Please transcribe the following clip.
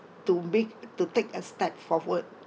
to make to take a step forward